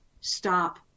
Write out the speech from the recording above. stop